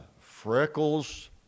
freckles